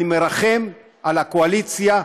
אני מרחם על הקואליציה,